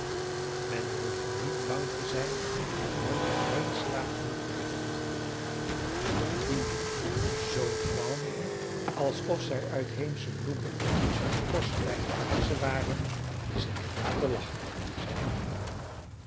men behoeft niet bang te zijn dat mammy geen slaap genoeg krijgt maar de bedienden zoo te behandelen alsof zij uitheemsche bloemen of porseleinen vazen waren is inderdaad belachelijk zeide marie